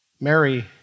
Mary